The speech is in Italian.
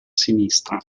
sinistra